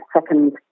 second